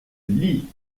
lit